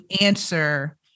answer